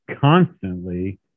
constantly